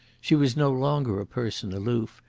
she was no longer a person aloof,